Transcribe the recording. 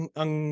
ang